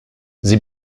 sie